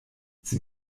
sie